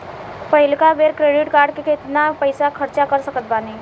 पहिलका बेर credit card से केतना पईसा खर्चा कर सकत बानी?